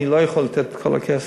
אני לא יכול לתת את כל הכסף,